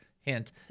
hint